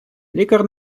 лікар